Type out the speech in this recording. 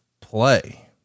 play